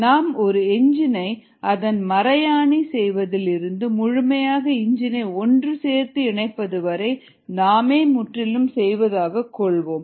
நாம் ஒரு இன்ஜினை அதன் மறையாணி செய்வதில் இருந்து முழுமையாக இன்ஜினை ஒன்று சேர்த்து இணைப்பது வரை நாமே முற்றிலுமாக செய்வதாகக் கொள்வோம்